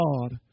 God